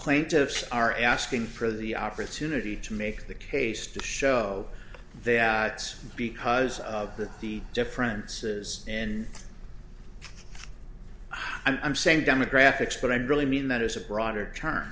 plaintiffs are asking for the opportunity to make the case to show that because of the theme differences and i'm saying demographics but i don't really mean that as a broader term